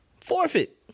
Forfeit